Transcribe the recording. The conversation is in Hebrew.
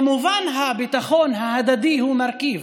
כמובן, הביטחון ההדדי הוא מרכיב.